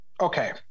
okay